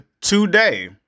today